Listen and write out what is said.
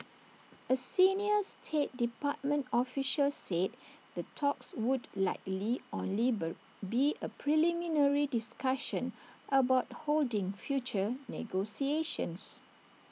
A senior state department official said the talks would likely only be A preliminary discussion about holding future negotiations